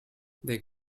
they